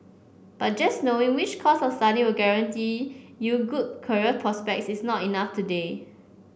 but just knowing which course of study will guarantee you good career prospects is not enough today